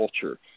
culture